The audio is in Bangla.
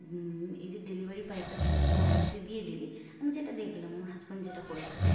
এই যে ডেলিভারি পাইপটা তুমি কুয়াতে দিয়ে দিলে আমি যেটা দেখলাম আমার হাজব্যান্ড যেটা করেছে